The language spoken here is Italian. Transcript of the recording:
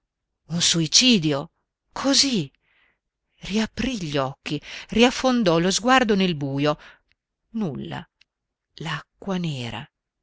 un suicidio così riaprì gli occhi riaffondò lo sguardo nel bujo nulla l'acqua nera